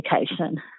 education